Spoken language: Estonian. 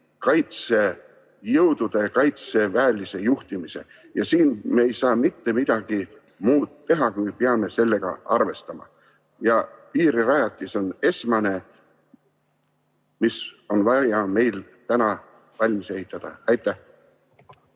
kaitsejõudude ja kaitseväelise juhtimise kaudu. Siin me ei saa mitte midagi muud teha, kui peame sellega arvestama. Ja piirirajatis on esmane, mis on meil vaja valmis ehitada. Aitäh!